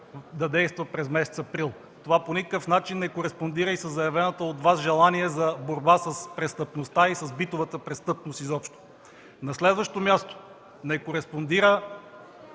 да действа през месец април. Това по никакъв начин не кореспондира и със заявеното от Вас желание за борба с престъпността и с битовата престъпност изобщо. На следващо място, не кореспондира